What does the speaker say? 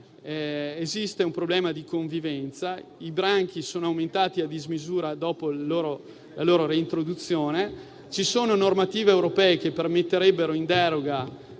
Esiste un problema di convivenza, poiché i branchi sono aumentati a dismisura dopo la loro reintroduzione. Ci sono normative europee che permetterebbero in deroga